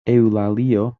eŭlalio